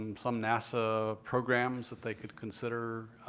um some nasa programs that they could consider